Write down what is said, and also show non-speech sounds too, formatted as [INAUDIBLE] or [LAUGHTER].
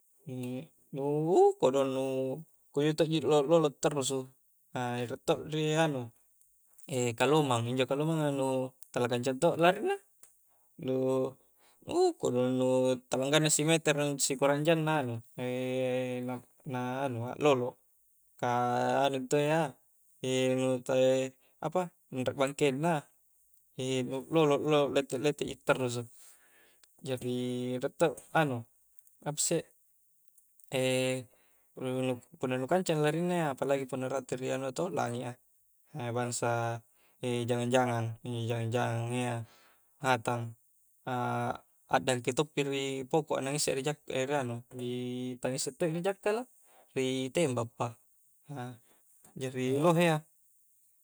[HESITATION] nu ukkodong nu kunjo todo ji a lolok lolok attarusu, [HESITATION] riek todo ri anu kalomang, kalomang a nu tala kancang todo larinna nu, ukkodong tala ganna simetere na sikurang jang a'lolok, ka anuntua ia, nuu [HESITATION] apa anrek bangkenna, jari nu lolok lolok ji tarrusu, jari punna nu kancang larinna ia apalagi punna nu rate ri langi a bangsa [HESITATION] jangang jangang, [HESITATION] injo jangang-jangang a iya hatang a dangke todo pi ri pokok a nampa ngissek ri anu [UNINTELLIGIBLE] ri jakkala, eh talang ngissek todo ri jakkala ri tembak pa [HESITATION] jari lohe iya.